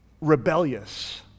rebellious